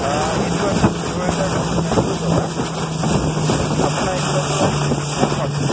অ' এইটো আছে পোন্ধৰ হাজাৰ নশ নিৰানব্বৈ টকা আপোনাৰ এইটো বাইদ' আপুনি ডিছকাউণ্টো পাব